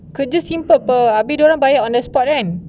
kerja simple [pe] habis dia bayar on the spot right